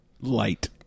light